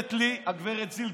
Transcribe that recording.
אומרת לי גב' זילבר,